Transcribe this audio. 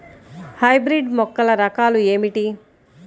Hybrid మొక్కల రకాలు ఏమిటి?